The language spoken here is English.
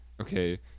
okay